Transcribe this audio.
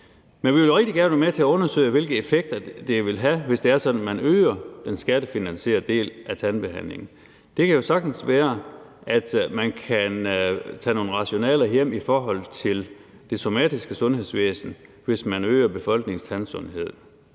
Men vi vil rigtig gerne være med til at undersøge, hvilke effekter det vil have, hvis det er sådan, at man øger den skattefinansierede del af tandbehandlingen. Det kan jo sagtens være, at man kan tage nogle fordele hjem i forhold til det somatiske sundhedsvæsen, hvis man øger befolkningens tandsundhed.